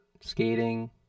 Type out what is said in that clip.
skating